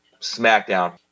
SmackDown